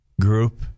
group